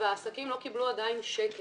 אבל העסקים עדיין לא קיבלו שקל.